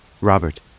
Robert